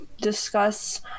discuss